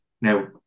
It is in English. Now